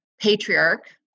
patriarch